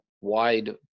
wide